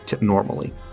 normally